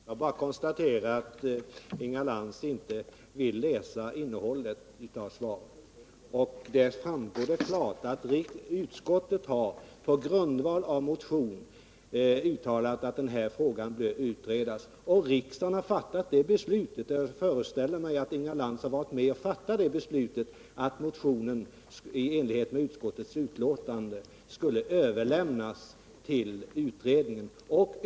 Herr talman! Jag kan bara konstatera att Inga Lantz inte vill läsa innehållet i svaret. Där framgår det klart att utskottet på grundval av motionen har uttalat att den här frågan bör utredas. Riksdagen har fattat beslutet — och jag föreställer mig att Inga Lantz har varit med om det — att motionen i enlighet med utskottets betänkande skall överlämnas till utredningen.